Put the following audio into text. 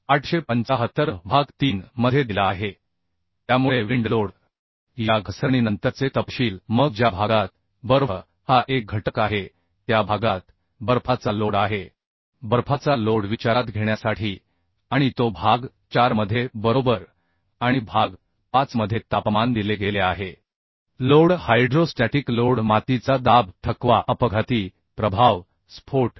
875 भाग 3 मध्ये दिला आहे त्यामुळे विंड लोड या घसरणीनंतरचे तपशील मग ज्या भागात बर्फ हा एक घटक आहे त्या भागात बर्फाचा लोड आहे बर्फाचा लोड विचारात घेण्यासाठी आणि तो भाग 4 मध्ये बरोबर आणि भाग 5 मध्ये तापमान दिले गेले आहे लोड हायड्रोस्टॅटिक लोड मातीचा दाब थकवा अपघाती प्रभाव स्फोट इ